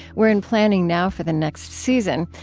we're in planning now for the next season.